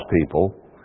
people